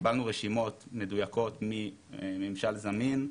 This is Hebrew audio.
קיבלנו רשימות מדויקות מממשל זמין,